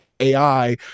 ai